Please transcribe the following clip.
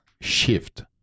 shift